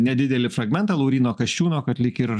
nedidelį fragmentą lauryno kasčiūno kad lyg ir